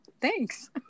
thanks